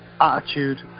attitude